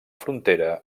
frontera